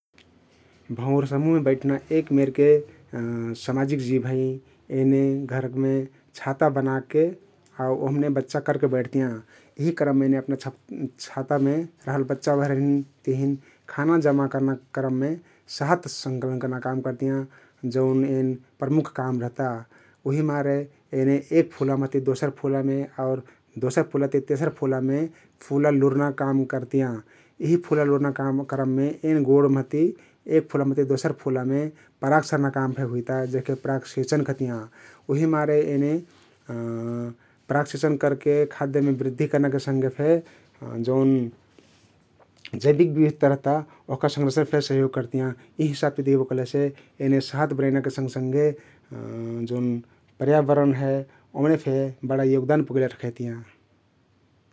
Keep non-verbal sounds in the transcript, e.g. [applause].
भउँर समुह मे बैठ्ना एक मेरके [hesitation] समाजिक जिव हँइ । एने घरमे छाता बनाके आउ ओहमे बच्चा करके बैठतियाँ । यि क्रममे ओइने [unintelligible] छातामे रहल बच्चा भरिन तहिन खाना जम्मा कर्ना क्रममे सहत संकलन कर्ना काम करतियाँ । जउन एन प्रमुख काम रहता । उहिमारे एने एक फुला महति दोसर फुलामे आउर दोसर फुला महति तेसर फुलामे फुला लुर्ना काम करतियाँ । यिहि फुला लुरमा काम करममे एन गोरमहती एक फुला महति दोसर फुलामे पराग सर्ना काम फेक हुइता जेहके परागसेचन कहतियाँ । उहिमारे एने [hesitation] परागसेचन करके खादय बृद्धी कर्नाके संघे जैबिक बिबिधता रहता ओहका संरक्षनमे फेक सगयोग करतियाँ । यिहि हिसाबति दिख्बो कहलेसे एने [hesitation] जउन पर्यावरण हे ओमने फे बडा योगदान पुगैले रखैतियाँ ।